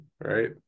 right